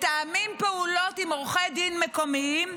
מתאמים פעולות עם עורכי דין מקומיים,